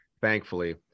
thankfully